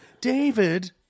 David